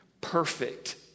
perfect